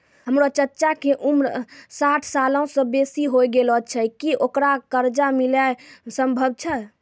हमरो चच्चा के उमर साठ सालो से बेसी होय गेलो छै, कि ओकरा कर्जा मिलनाय सम्भव छै?